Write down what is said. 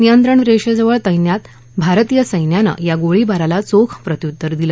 नियंत्रण रेषेवर तक्तित भारतीय संख्यिनं या गोळीबाराला चोख प्रत्युत्तर दिलं